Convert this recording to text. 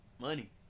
Money